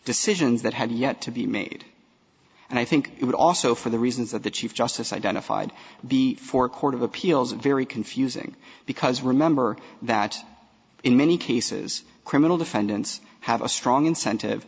decisions that had yet to be made and i think it would also for the reasons that the chief justice identified the four court of appeals very confusing because remember that in many cases criminal defendants have a strong incentive